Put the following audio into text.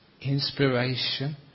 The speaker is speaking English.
inspiration